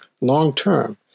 long-term